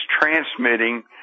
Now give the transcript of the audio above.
transmitting